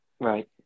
Right